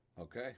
Okay